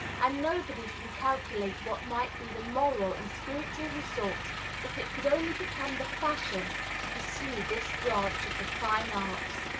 and nobody can calculate what might be the moral and spiritual results if it could only become the fashion to pursue this branch of the fine arts.